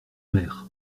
mer